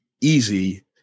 easy